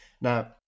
Now